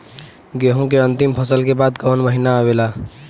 गेहूँ के अंतिम फसल के बाद कवन महीना आवेला?